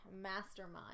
Mastermind